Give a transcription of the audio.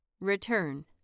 Return